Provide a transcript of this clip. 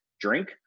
drink